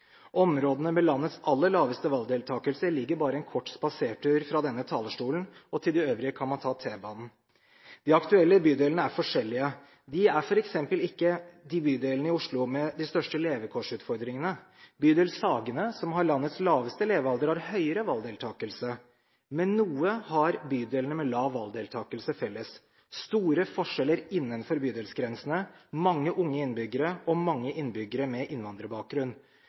Områdene med landets aller laveste valgdeltakelse ligger bare en kort spasertur fra denne talerstolen, og til de øvrige kan man ta T-banen. De aktuelle bydelene er forskjellige. De er f.eks. ikke de bydelene i Oslo med de største levekårsutfordringene. Bydel Sagene, som har landets laveste levealder, har høyere valgdeltakelse. Men noe har bydelene med lav valgdeltakelse felles: store forskjeller innenfor bydelsgrensene, mange unge innbyggere og mange innbyggere med innvandrerbakgrunn.